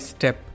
Step